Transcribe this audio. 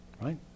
Right